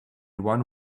one